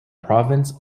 province